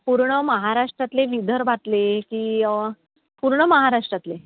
पूर्ण महाराष्ट्रातले विदर्भातले की पूर्ण महाराष्ट्रातले